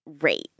rate